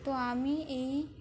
তো আমি এই